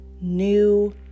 new